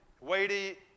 weighty